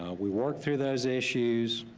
we worked through those issues.